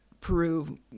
Peru